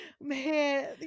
Man